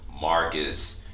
Marcus